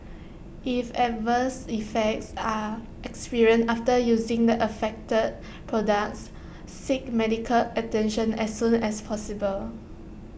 if adverse effects are experienced after using the affected products seek medical attention as soon as possible